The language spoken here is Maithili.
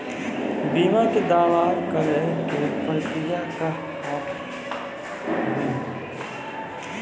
बीमा के दावा करे के प्रक्रिया का हाव हई?